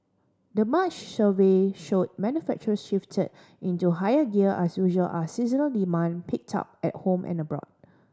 the March survey showed manufacturers shifted into higher gear as usual as seasonal demand picked up at home and abroad